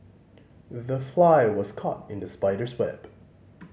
the fly was caught in the spider's web